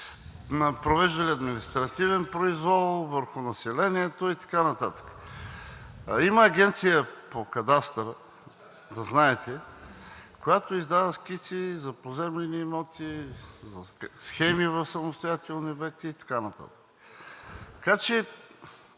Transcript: провеждали административен произвол върху населението и така нататък. Има Агенция по кадастър, да знаете, която издава скици за поземлени имоти, за схеми в самостоятелни обекти и така